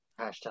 Hashtag